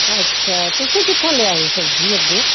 ਅੱਛਾ ਤੁਸੀਂ ਕਿੱਥੋਂ ਲਿਆਏ ਸਬਜ਼ੀ ਅੱਗੇ